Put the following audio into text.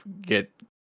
get